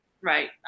Right